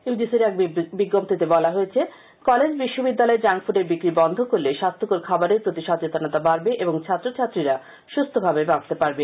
UGC র এক বিজ্ঞপ্তিতে বলা হয়েছে কলেজ বিশ্ববিদ্যালয়ে জাঙ্ক ফুডের বিক্রি বন্ধ করলে স্বাস্থ্যকর খাবারের প্রতি সচেতনতা বাডবে এবং ছাত্রছাত্রীরা সুস্হভাবে বাঁচতে পারবে